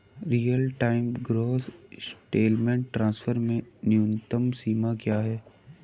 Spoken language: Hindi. Real time gross settlement transfer में न्यूनतम सीमा क्या है?